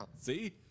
See